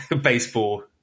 baseball